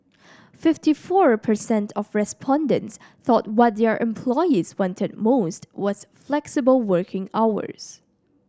fifty four percent of respondents thought what their employees wanted most was flexible working hours